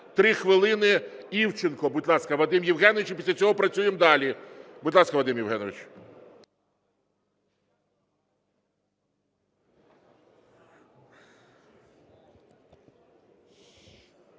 3 хвилини – Івченко. Будь ласка, Вадим Євгенович, і після цього працюємо далі. Будь ласка, Вадим Євгенович.